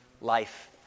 life